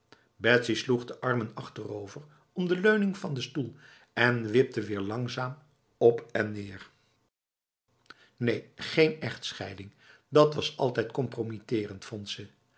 sloeg de armen achterover om de leuning van de stoel en wipte weer langzaam op en neer neen geen echtscheiding dat was altijd